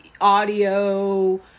audio